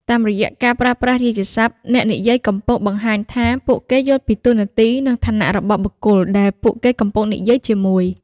តាមរយៈការប្រើប្រាស់រាជសព្ទ អ្នកនិយាយកំពុងបង្ហាញថាពួកគេយល់ពីតួនាទី និងឋានៈរបស់បុគ្គលដែលពួកគេកំពុងនិយាយជាមួយ។